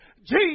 Jesus